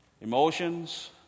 Emotions